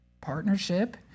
partnership